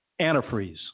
antifreeze